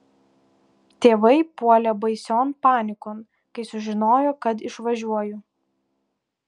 tėvai puolė baision panikon kai sužinojo kad išvažiuoju